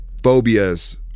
phobias